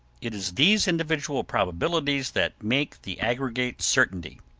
it is these individual probabilities that make the aggregate certainty.